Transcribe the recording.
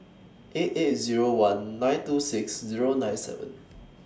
eight eight Zero one nine two six Zero nine seven